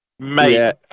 Mate